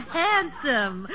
handsome